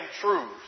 truth